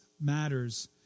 matters